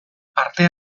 parte